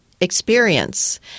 experience